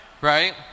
Right